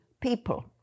people